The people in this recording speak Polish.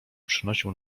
przynosił